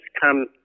come